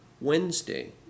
Wednesday